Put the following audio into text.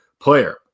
player